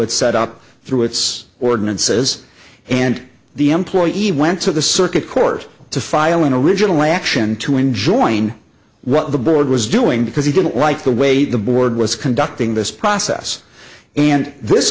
it set up through its ordinances and the employee it went to the circuit court to file an original action to enjoin what the board was doing because he didn't like the way the board was conducting this process and this